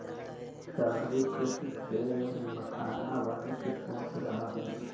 सागरीय कृषि से मखाना उगाने की सोच रहा हूं